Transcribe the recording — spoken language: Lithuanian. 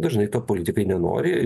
dažnai to politikai nenori